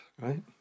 right